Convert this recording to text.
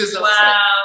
Wow